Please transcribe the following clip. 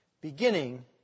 beginning